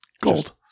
gold